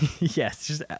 yes